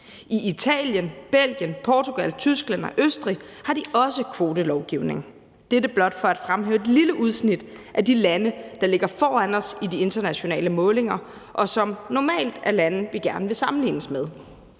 I Italien, Belgien, Portugal, Tyskland og Østrig har de også kvotelovgivning. Dette blot for at fremhæve et lille udsnit af de lande, der ligger foran os i de internationale målinger, og som normalt er lande, vi gerne vil sammenlignes med.